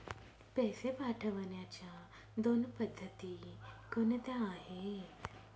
पैसे पाठवण्याच्या दोन पद्धती कोणत्या आहेत?